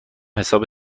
حساب